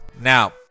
Now